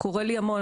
קורה לי המון.